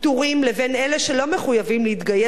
אלה שלא מחויבים להתגייס על-פי החוק,